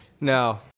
now